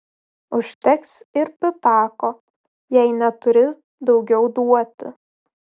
užteks ir pitako jei neturi daugiau duoti